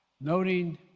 noting